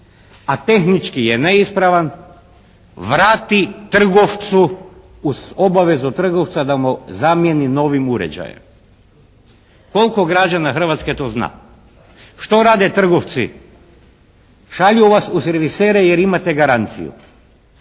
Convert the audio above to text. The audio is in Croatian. a tehnički je neispravan vrati trgovcu uz obavezu trgovca da mu zamijeni novim uređajem. Koliko građana Hrvatske to zna? Što rade trgovci? Šalju vas u servisere jer imate garanciju.